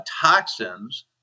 toxins